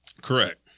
correct